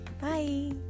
Bye